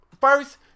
First